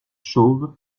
chauve